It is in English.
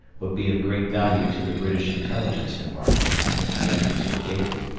would be of great value to the british intelligence department if the entries were dated.